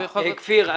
כפיר,